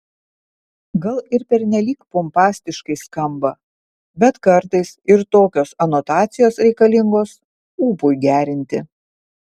gal ir pernelyg pompastiškai skamba bet kartais ir tokios anotacijos reikalingos ūpui gerinti